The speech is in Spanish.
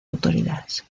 autoridades